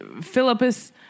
Philippus